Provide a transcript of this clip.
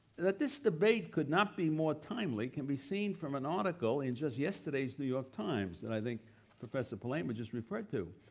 that this debate could not be more timely can be seen from an article in just yesterday's new york times that i think professor palaima just referred to,